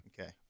Okay